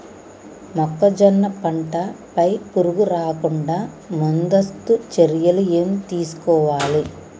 మొక్కజొన్న పంట పై పురుగు రాకుండా ముందస్తు చర్యలు ఏం తీసుకోవాలి?